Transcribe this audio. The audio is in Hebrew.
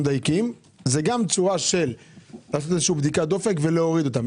זה גם תשובה של בדיקת דופק, להוריד אותם.